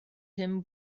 him